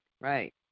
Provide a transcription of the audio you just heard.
right